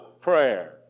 prayer